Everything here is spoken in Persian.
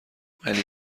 ولی